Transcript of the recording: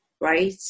Right